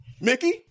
Mickey